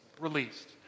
released